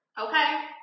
Okay